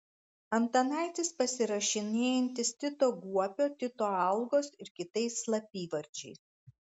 antanaitis pasirašinėjantis tito guopio tito algos ir kitais slapyvardžiais